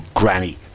granny